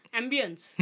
ambience